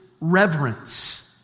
reverence